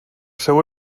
seu